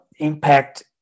impact